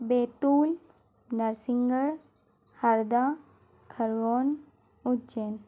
Betul Narsinghgarh Harda Khargone Ujjain